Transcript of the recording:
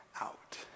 out